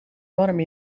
warm